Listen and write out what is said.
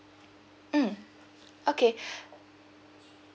mm okay